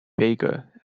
vega